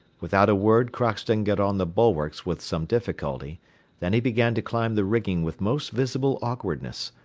without a word, crockston got on the bulwarks with some difficulty then he began to climb the rigging with most visible awkwardness,